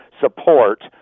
support